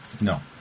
no